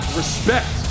respect